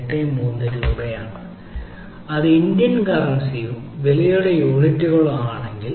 83 രൂപയാണ് അത് ഇന്ത്യൻ കറൻസിയോ വിലയുടെ യൂണിറ്റുകളോ ആണെങ്കിൽ